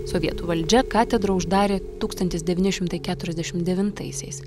sovietų valdžia katedrą uždarė tūkstantis devyni šimtai keturiasdešimt devintaisiais